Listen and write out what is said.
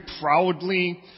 proudly